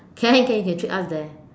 can can can treat us there